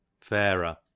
fairer